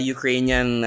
Ukrainian